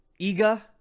Iga